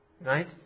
right